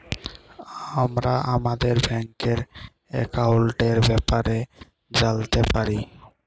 আমরা আমাদের ব্যাংকের একাউলটের ব্যাপারে জালতে পারি